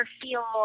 feel